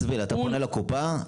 אתה פונה לקופה?